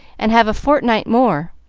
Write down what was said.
and have a fortnight more.